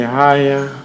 higher